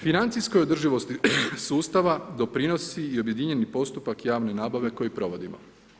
Financijskog održivosti sustava doprinosi i objedinjeni postupak javne nabave koji provodimo.